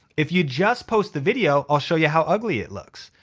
if you just post the video, i'll show you how ugly it looks.